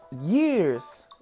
years